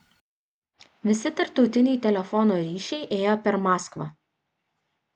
visi tarptautiniai telefono ryšiai ėjo per maskvą